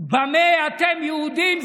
במה אתם יהודים,